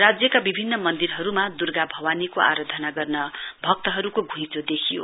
राज्यका विभिन्न मन्दिरहरुमा दुर्गा भवानीको आराधना गर्न भक्तहरुको घुइँचो देखियो